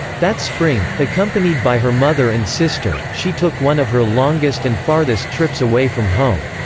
that spring, accompanied by her mother and sister, she took one of her longest and farthest trips away from home.